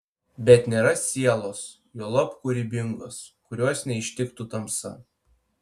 bet nėra sielos juolab kūrybingos kurios neištiktų tamsa